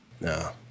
No